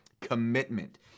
commitment